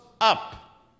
up